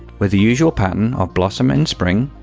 with the usual pattern of blossom in spring,